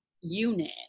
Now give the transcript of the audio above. unit